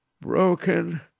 broken